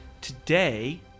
today